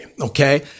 okay